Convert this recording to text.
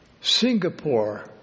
Singapore